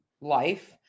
life